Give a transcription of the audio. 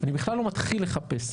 אני בכלל לא מתחיל לחפש.